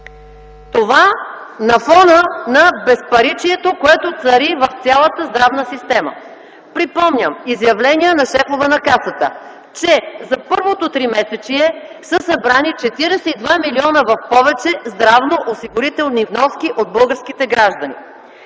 Това на фона на безпаричието, което цари в цялата здравна система! Припомням изявления на шефове на Касата, че за първото тримесечие са събрани 42 милиона в повече здравноосигурителни вноски от българските граждани.